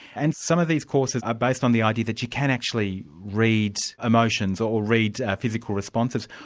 and some of these courses are based on the idea that you can actually read emotions, or read ah physical responses.